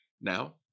now